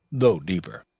though deeper,